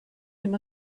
him